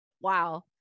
Wow